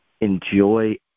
enjoy